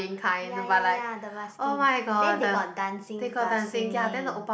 ya ya ya the basking then they got dancing plus singing